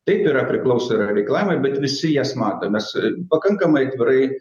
taip yra priklauso yra reikalavimai bet visi jas matom mes pakankamai atvirai